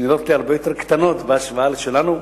שנראות לי הרבה יותר קטנות בהשוואה לשלנו.